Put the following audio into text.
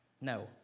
No